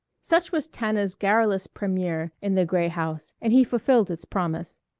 such was tana's garrulous premiere in the gray house and he fulfilled its promise.